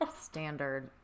Standard